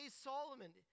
Solomon